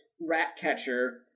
Ratcatcher